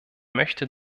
möchte